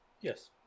Yes